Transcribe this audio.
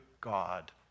God